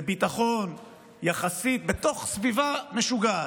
לביטחון, יחסית, בתוך סביבה משוגעת.